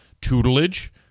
tutelage